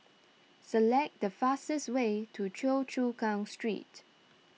select the fastest way to Choa Chu Kang Street